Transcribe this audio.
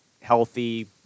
healthy